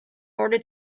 order